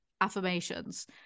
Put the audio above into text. affirmations